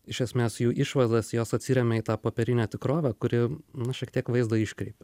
iš esmės jų išvadas jos atsiremia į tą popierinę tikrovę kuri na šiek tiek vaizdą iškreipia